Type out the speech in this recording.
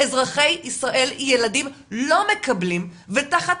אזרחי ישראל ילדים לא מקבלים ותחת